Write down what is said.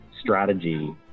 strategy